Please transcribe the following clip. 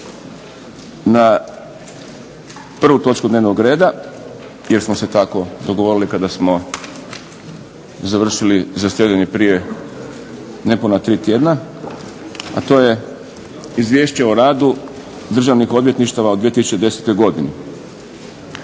na prvu točku dnevnog reda jer smo se tako dogovorili kada smo završili zasjedanje prije nepuna tri tjedna, a to je - Izvješće o radu državnih odvjetništava u 2010. godini